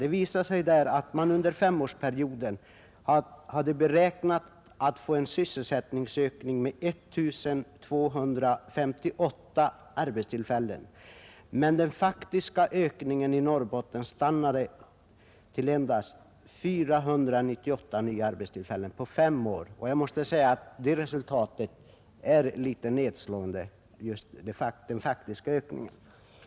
Det visade sig att man under femårsperioden hade beräknat en sysselsättningsökning med 1 258 arbetstillfällen, men att den faktiska ökningen i Norrbotten stannade på endast 498 nya arbetstillfällen på fem år. Det är enligt min mening en nedslående siffra.